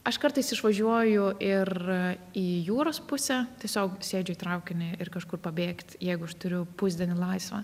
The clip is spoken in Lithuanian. aš kartais išvažiuoju ir į jūros pusę tiesiog sėdžiu į traukinį ir kažkur pabėgt jeigu aš turiu pusdienį laisvą